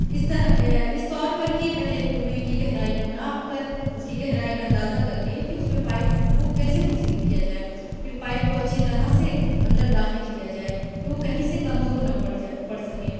اس طرح اس طور پر کہ پہلے کنویں کی گہرائی کو ناپ کر اس کی گہرائی کا اندازہ کر کے کہ اس میں پائپ کو کیسے منسلک کیا جائے پھر پائپ کو اچھی طرح سے اندر داخل کیا جائے کہ وہ کہیں سے کمزور نہ پڑ جائے پڑ سکے